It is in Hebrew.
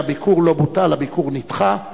הביקור לא בוטל, הביקור נדחה.